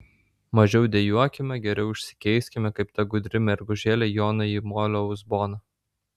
mažiau dejuokime geriau išsikeiskime kaip ta gudri mergužėlė joną į molio uzboną